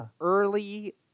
early